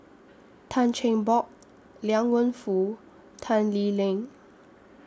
Tan Cheng Bock Liang Wenfu and Tan Lee Leng